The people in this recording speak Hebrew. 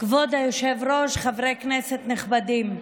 כבוד היושב-ראש, חברי כנסת נכבדים,